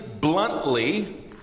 bluntly